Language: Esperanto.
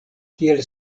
kiel